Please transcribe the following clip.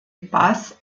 bass